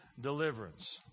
deliverance